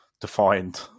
defined